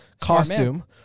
costume